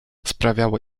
sprawiało